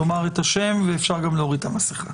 לומר את השם, ואפשר גם להוריד את המסכה.